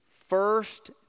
First